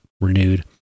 renewed